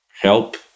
help